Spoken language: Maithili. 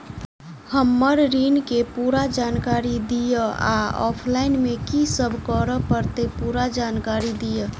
हम्मर ऋण केँ पूरा जानकारी दिय आ ऑफलाइन मे की सब करऽ पड़तै पूरा जानकारी दिय?